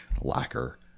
lacquer